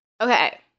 Okay